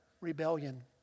rebellion